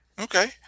Okay